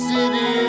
City